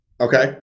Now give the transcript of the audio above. Okay